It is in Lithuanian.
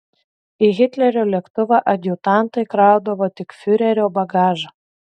į hitlerio lėktuvą adjutantai kraudavo tik fiurerio bagažą